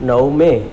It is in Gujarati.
નવ મે